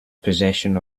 possession